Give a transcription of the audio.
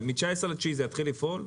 מ-19 בספטמבר זה יתחיל לפעול.